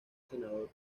senador